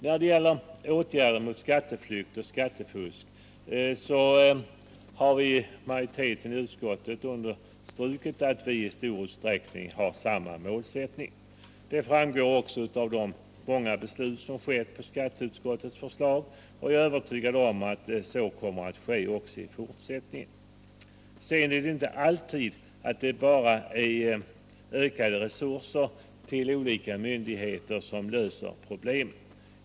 När det gäller åtgärderna mot skatteflykt och skattefusk så har vi i utskottsmajoriteten understrukit att vi i stort sett har samma målsättning. Det framgår också av de många beslut som fattats på skatteutskottets förslag. Jag är övertygad om att så kommer att ske också i fortsättningen. Nu är det inte alltid så att ökade resurser till olika myndigheter löser problemen.